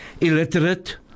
illiterate